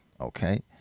Okay